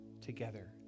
together